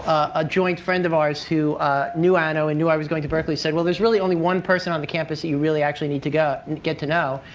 a joint friend of ours, who knew anna and knew i was going to berkeley, said, well, there's really only one person on the campus that you really actually need to and get to know,